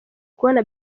kubona